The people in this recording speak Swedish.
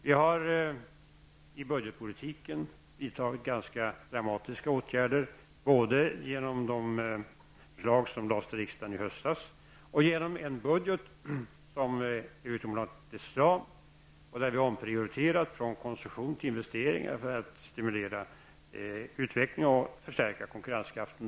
Vi har inom budgetpolitiken vidtagit ganska dramatiska åtgärder, både genom de förslag som lades fram i riksdagen i höstas och genom en budget som är utomordentligt stram och där vi har omprioriterat från konsumtion till investeringar för att den vägen stimulera utvecklingen och förstärka konkurrenskraften.